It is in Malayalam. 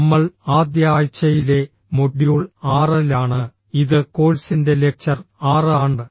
നമ്മൾ ആദ്യ ആഴ്ചയിലെ മൊഡ്യൂൾ 6 ലാണ് ഇത് കോഴ്സിന്റെ ലെക്ചർ 6 ആണ്